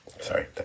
sorry